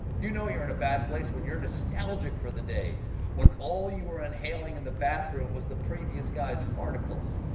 you know you're in a bad place when you're nostalgic for the days when all you were inhaling in the bathroom was the previous guy's farticles.